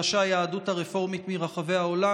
ראשי היהדות הרפורמית מרחבי העולם.